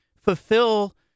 fulfill